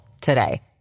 today